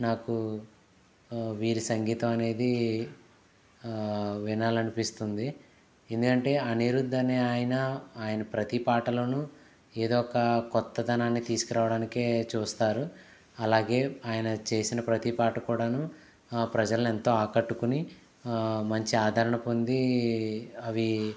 నాకు వీరి సంగీతం అనేది వినాలనిపిస్తుంది ఎందుకంటే అనిరుధ్ అనే ఆయన ప్రతిపాటలను ఏదో ఒక కొత్తదనాన్నితీసుకురావడానికే చూస్తారు అలాగే ఆయన చేసిన ప్రతి పాట కూడాను ప్రజలను ఎంతో ఆకట్టుకుని మంచి ఆదరణ పొంది అవి